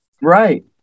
Right